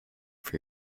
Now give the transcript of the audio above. for